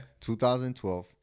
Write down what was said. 2012